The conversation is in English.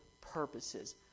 purposes